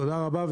תודה רבה.